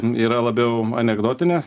yra labiau anekdotinės